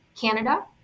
Canada